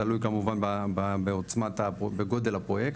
תלוי כמובן בגודל הפרויקט.